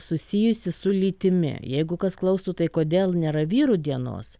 susijusi su lytimi jeigu kas klaustų tai kodėl nėra vyrų dienos